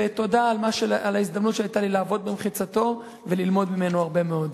ותודה על ההזדמנות שניתנה לי לעבוד במחיצתו וללמוד ממנו הרבה מאוד.